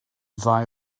ddau